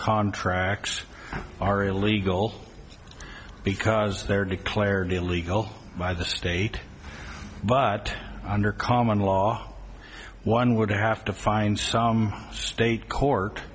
contracts are illegal because they're declared illegal by the state but under common law one would have to find some state court